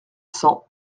cent